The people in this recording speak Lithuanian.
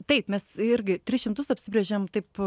taip mes irgi tris šimtus apsibrėžėm taip